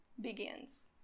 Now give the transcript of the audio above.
begins